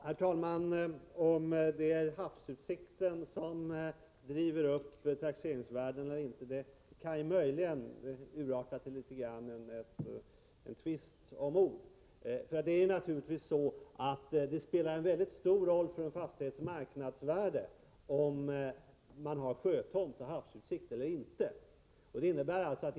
Herr talman! Diskussionen om huruvida det är havsutsikten som driver upp taxeringsvärdena eller inte kan möjligen urarta till en tvist om ord. Det spelar naturligtvis en mycket stor roll för en fastighets marknadsvärde om det är en sjötomt och om man har havsutsikt från fastigheten.